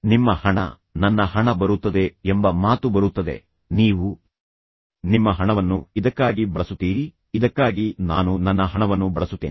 ನಿಮ್ಮ ಹಣ ನನ್ನ ಹಣ ಬರುತ್ತದೆ ಎಂಬ ಮಾತು ಬರುತ್ತದೆ ನೀವು ನಿಮ್ಮ ಹಣವನ್ನು ಇದಕ್ಕಾಗಿ ಬಳಸುತ್ತೀರಿ ಇದಕ್ಕಾಗಿ ನಾನು ನನ್ನ ಹಣವನ್ನು ಬಳಸುತ್ತೇನೆ